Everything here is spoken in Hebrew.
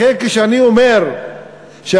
לכן, כשאני אומר שהכנסת,